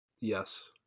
Yes